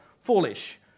foolish